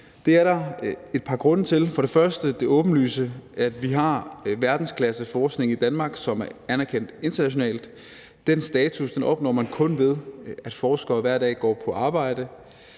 Det er der et par grunde til. For det første er der det åbenlyse i, at vi har verdensklasseforskning i Danmark, som er anerkendt internationalt. Den status opnår man kun, ved at forskere hver dag går på arbejde